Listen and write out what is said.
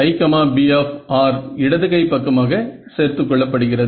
EziB இடது கை பக்கமாக சேர்த்துக் கொள்ளப்படுகிறது